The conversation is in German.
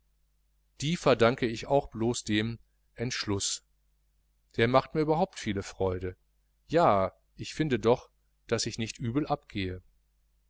die verdanke ich auch blos dem entschluß der macht mir überhaupt viele freude ja ich finde doch daß ich nicht übel abgehe